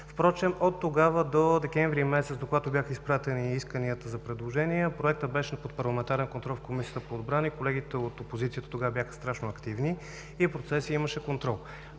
„за“. От тогава до декември месец, докогато бяха изпратени исканията за предложения, Проекта беше на парламентарен контрол в Комисията по отбрана и колегите от опозицията тогава бяха страшно активни и процеса имаше контрол.